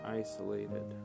isolated